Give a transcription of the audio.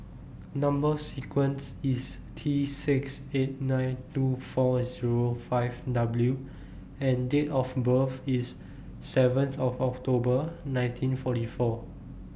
Number sequence IS T six eight nine two four Zero five W and Date of birth IS seven of October nineteen forty four